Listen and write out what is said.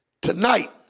Tonight